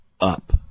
up